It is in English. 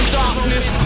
darkness